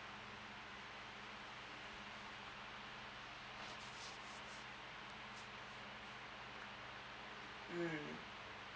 mm